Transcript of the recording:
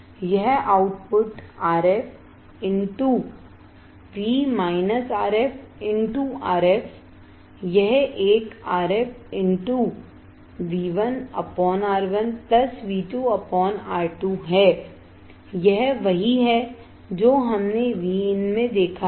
यह output RF RF यह एक RFV1R1 V2R2 है यह वही है जो हमने Vin मे देखा है